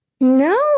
no